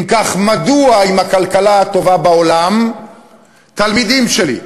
אם כך, מדוע עם הכלכלה הטובה בעולם תלמידים שלי,